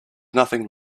nothing